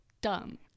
dumb